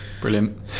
Brilliant